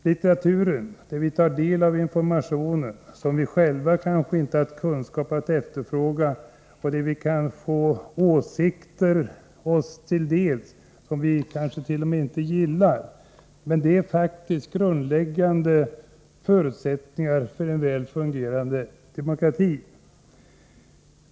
Litteraturen — där vi tar del av information, som vi själva inte haft kunskap att efterfråga, och där vi kan få del av åsikter, som vi kanske inte delar — är faktiskt en grundläggande förutsättning för en väl fungerande demokrati.